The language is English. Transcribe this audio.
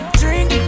drink